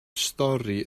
stori